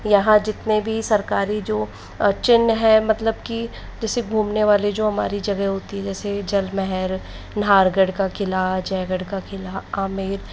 यहाँ जितने भी सरकारी जो चिन्ह हैं मतलब की जैसे घूमने वाली जो हमारी जगह होती है जैसे जलमहल नाहरगढ़ का किला जयगढ़ का किला आमेर